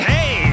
Hey